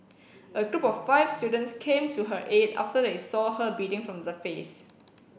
a group of five students came to her aid after they saw her bleeding from her face